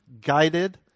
guided